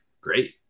Great